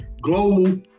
global